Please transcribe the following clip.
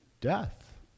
death